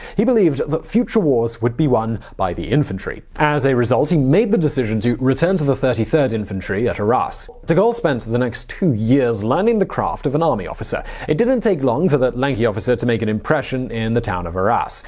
he believed that future wars would be won by the infantry. as a result, he made the decision to return to the thirty third infantry at arras. de gaulle spent the next two years learning the craft of an army officer. it didn't take long for the lanky officer to make an impression in the town of arras.